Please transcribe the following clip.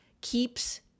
keeps